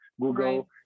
Google